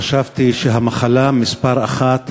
חשבתי שהמחלה מספר אחת,